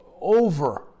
over